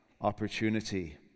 opportunity